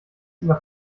über